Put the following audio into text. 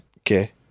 okay